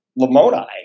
Lamoni